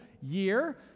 year